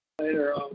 later